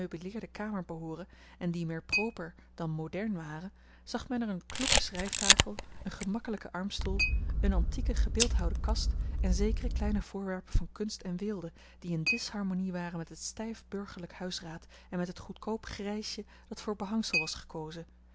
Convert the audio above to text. gemeubileerde kamer behooren en die meer proper dan modern waren zag men er eene kloeke schrijftafel een gemakkelijken armstoel eene antieke gebeeldhouwde boekenkast en zekere kleine voorwerpen van kunst en weelde die in disharmonie waren met het stijf burgerlijk huisraad en met het goedkoop grijsje dat voor behangsel was gekozen